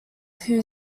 who